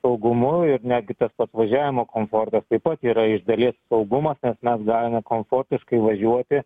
saugumu ir netgi tas pats važiavimo komfortas taip pat yra iš dalies saugumas nes mes galime komfortiškai važiuoti